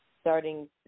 starting